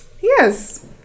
Yes